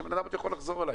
שבן אדם עוד יכול לחזור אליי,